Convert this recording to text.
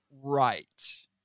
right